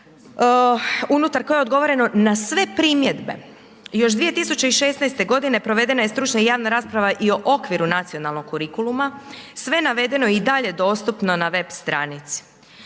unutar koje je odgovoreno na sve primjedbe. Još 2016. godine provedena je stručna i javna rasprava i o okviru nacionalnog kurikuluma, sve navedeno i dalje dostupno na web stranici.